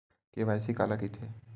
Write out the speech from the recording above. KYC काला कइथे?